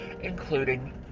including